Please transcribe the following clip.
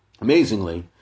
amazingly